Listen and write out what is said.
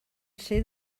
ser